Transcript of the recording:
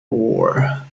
roar